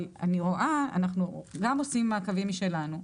אבל אנחנו גם עושים מעקבים משלנו,